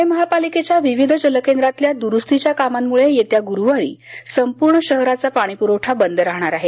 पुणे महापालिकेच्या विविध जल केंद्रातल्या दुरुस्तीच्या कामांमुळे येत्या गुरुवारी संपूर्ण शहराचा पाणीपुरवठा बंद राहणार आहे